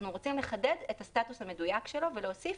אנחנו רוצים לחדד את הסטטוס המדויק שלו ולהוסיף